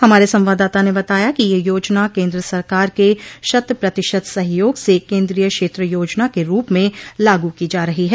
हमारे संवाददाता ने बताया कि यह योजना केन्द्र सरकार के शत प्रतिशत सहयोग से केन्द्रीय क्षेत्र योजना के रूप में लागू की जा रही है